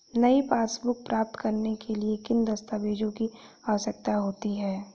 नई पासबुक प्राप्त करने के लिए किन दस्तावेज़ों की आवश्यकता होती है?